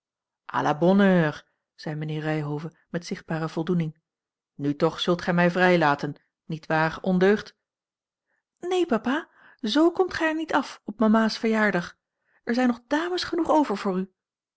la bonne heure zei mijnheer ryhove met zichtbare voldoening nu toch zult gij mij vrijlaten niet waar ondeugd neen papa z komt gij er niet af op mama's verjaardag er zijn nog dames genoeg over voor u